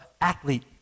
athlete